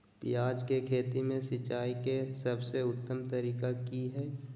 प्याज के खेती में सिंचाई के सबसे उत्तम तरीका की है?